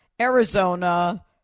Arizona